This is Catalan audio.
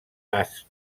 tast